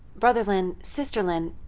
brother lin, sister lin,